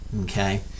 okay